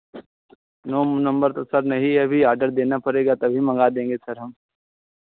नौ number तो sir नहीं है अभी ऑर्डर देना पड़ेगा तभी मंगा देंगे सर हम